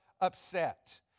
upset